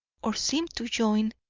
or seemed to join,